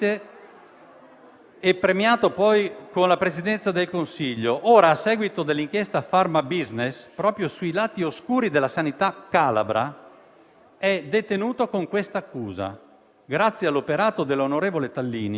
Consentitemi di dire che se la risposta della politica e del Parlamento è questa discussione, penso che sia totalmente inadeguata